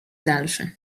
dalszy